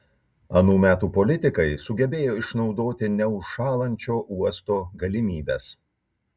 anų metų politikai sugebėjo išnaudoti neužšąlančio uosto galimybes